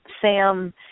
Sam